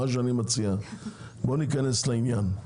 אני מציע שניכנס לעניין.